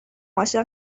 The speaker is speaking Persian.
عاشق